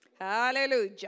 Hallelujah